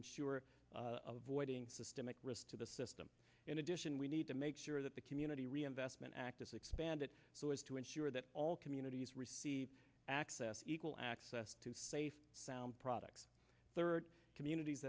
ensure avoiding systemic risk to the system in addition we need to make sure that the community reinvestment act is expanded so as to ensure that all communities receive access equal access to safe sound products third communities